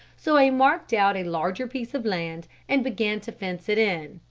so i marked out a larger piece of land and began to fence it in.